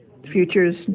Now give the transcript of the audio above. Futures